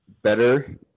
better